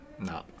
No